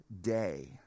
day